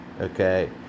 Okay